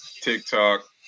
TikTok